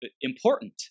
important